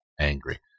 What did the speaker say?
angry